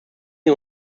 sie